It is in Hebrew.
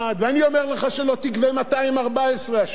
ואני אומר לך שלא תגבה 214 השנה.